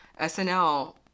SNL